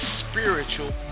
spiritual